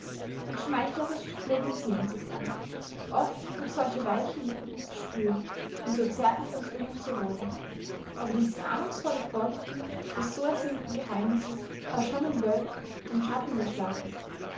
und schmeichlerisch flog ihn sehnsucht an oft noch solche weiche lippen zu spüren und so zärtlich umschlungen zu werden aber dieses ahnungsvolle vorgefühl des so ersehnten geheimnisses war schon umwölkt vom schatten des schlafes